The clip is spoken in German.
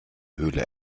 höhle